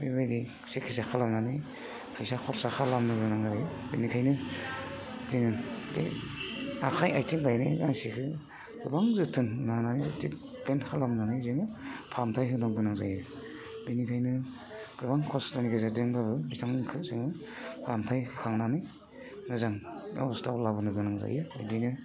बेबायदि सिकित्सा खालामनानै फैसा खरसा खालामनो गोनां जायो बेनिखायनो जोङो बे आखाइ आथिं बायनाय मानसिखो गोबां जोथोन लानानै बिदिनो खालामनानै जोङो फाहामथाय होनांगौ गोनां जायो बिनिखायनो गोबां खस्थ'नि गेजेरजोंब्लाबो बिथांमोनखौ जोङो फाहामथाय होखांनानै मोजां अबस्थायाव लाबोनो गोनां जायो बिदिनो